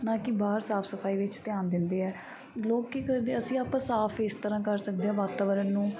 ਨਾ ਕਿ ਬਾਹਰ ਸਾਫ਼ ਸਫਾਈ ਵਿੱਚ ਧਿਆਨ ਦਿੰਦੇ ਹੈ ਲੋਕ ਕੀ ਕਰਦੇ ਅਸੀਂ ਆਪਾਂ ਸਾਫ਼ ਇਸ ਤਰ੍ਹਾਂ ਕਰ ਸਕਦੇ ਹਾਂ ਵਾਤਾਵਰਨ ਨੂੰ